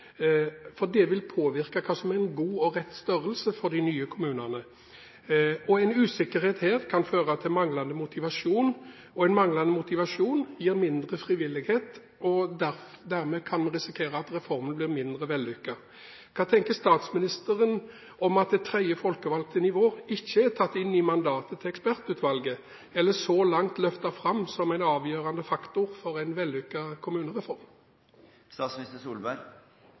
det vil påvirke hva som er en god og rett størrelse for de nye kommunene. En usikkerhet her kan føre til manglende motivasjon, og manglende motivasjon gir mindre frivillighet, og dermed kan vi risikere at reformen blir mindre vellykket. Hva tenker statsministeren om at det tredje folkevalgte nivå ikke er tatt inn i mandatet til ekspertutvalget, eller så langt løftet fram som en avgjørende faktor for en vellykket kommunereform?